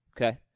Okay